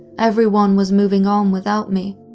everyone was moving on without me.